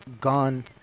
gone